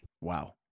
Wow